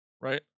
right